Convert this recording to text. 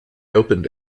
opened